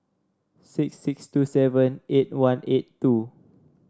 six six two seven eight one eight two